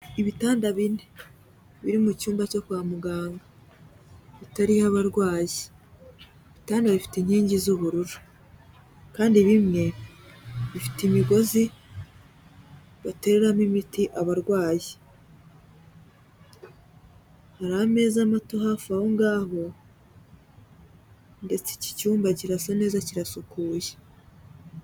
Ibitanda bine biri mu cyumba cyo kwa muganga bitariho abarwayi, ibitanda bifite inkingi z'ubururu kandi bimwe bifite imigozi bateramo imiti abarwayi, hari ameza mato hafi aho ngaho ndetse iki cyumba kirasa neza kirasukuye.